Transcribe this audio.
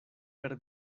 per